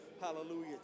Hallelujah